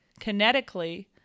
kinetically